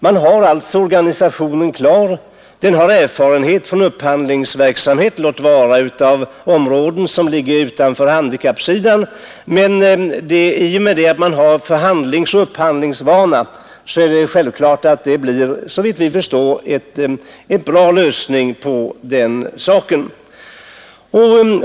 Man har alltså organisationen klar, den har erfarenhet från upphandlingsverksamhet, låt vara på områden som ligger utanför handikappsidan, men i och med att man har förhandlingsoch upphandlingsvana är det såvitt vi förstår en bra lösning på den frågan.